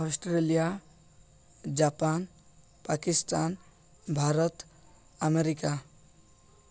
Australia Japan Pakistan Bharat America